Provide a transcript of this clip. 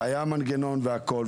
והיה מנגנון והכל,